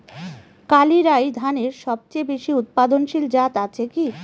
কালিরাই ধানের সবচেয়ে বেশি উৎপাদনশীল জাত আছে কি?